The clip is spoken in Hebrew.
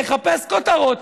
לחפש כותרות,